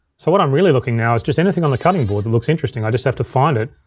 so what i'm really looking now is just anything on the cutting board that looks interesting. i just have to find it,